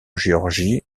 géorgie